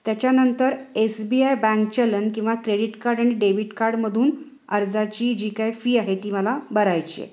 त्याच्यानंतर S B I bank चलन किंवा क्रेडिट कार्ड आणि डेबिट कार्डमधून अर्जाची जी काय फी आहे ती मला भरायची आहे